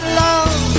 love